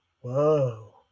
whoa